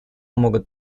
могут